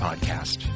podcast